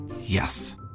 Yes